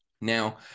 Now